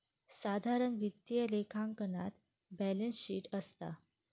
साधारण वित्तीय लेखांकनात बॅलेंस शीट असता